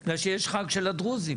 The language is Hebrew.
כי יש חג של הדרוזים.